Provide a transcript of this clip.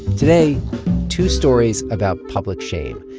today two stories about public shame,